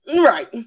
right